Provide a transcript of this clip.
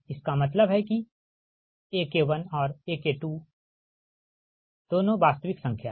इसका मतलब है कि AK1और AK2दोनों वास्तविक संख्या हैं